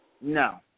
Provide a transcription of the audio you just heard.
No